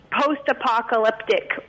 post-apocalyptic